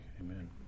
amen